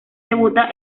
debuta